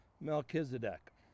Melchizedek